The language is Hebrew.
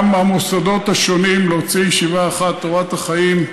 גם המוסדות השונים, להוציא ישיבה אחת, תורת החיים,